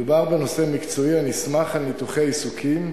מדובר בנושא מקצועי הנסמך על ניתוחי עיסוקים,